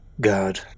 God